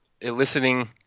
eliciting